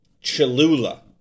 Cholula